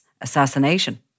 assassination